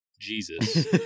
Jesus